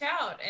out